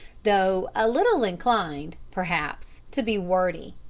though a little inclined, perhaps, to be wordy.